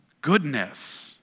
goodness